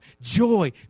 joy